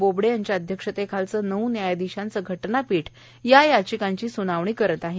बोबडे यांच्या अध्यक्षतेखालचं नऊ न्यायाधीशांचं घटनापीठ साठ याचिकांची स्नावणी करत आहे